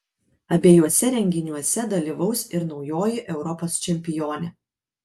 abiejuose renginiuose dalyvaus ir naujoji europos čempionė